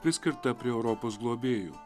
priskirta prie europos globėjų